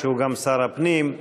שהוא גם שר הפנים,